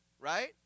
right